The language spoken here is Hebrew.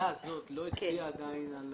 הוועדה הזאת לא הצביעה עדיין על